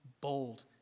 bold